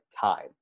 time